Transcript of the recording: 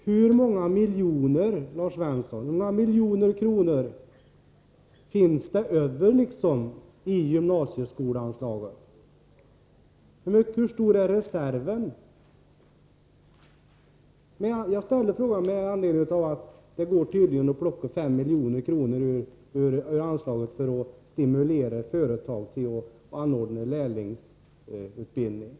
Hur många miljoner kronor, Lars Svensson, finns det över i gymnasieskoleanslaget? Hur stor är reserven? Jag ställde frågorna därför att det tydligen går att plocka 5 milj.kr. ur anslaget för att stimulera företag till att anordna lärlingsutbildning.